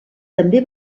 també